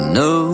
no